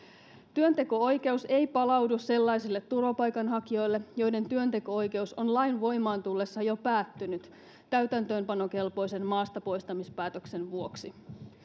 työnteko oikeus ei palaudu sellaisille turvapaikanhakijoille joiden työnteko oikeus on lain voimaan tullessa jo päättynyt täytäntöönpanokelpoisen maastapoistamispäätöksen vuoksi